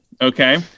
okay